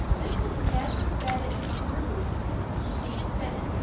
this was never vetted through the senate.